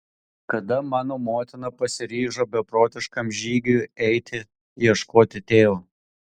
kada mano motina pasiryžo beprotiškam žygiui eiti ieškoti tėvo